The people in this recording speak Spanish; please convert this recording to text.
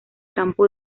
campo